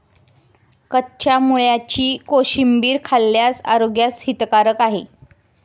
कच्च्या मुळ्याची कोशिंबीर खाल्ल्यास आरोग्यास हितकारक आहे